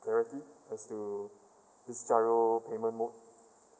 clarity as to this GIRO payment mode